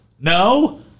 No